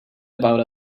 about